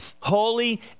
holy